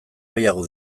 gehiago